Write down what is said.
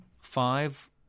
five